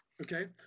okay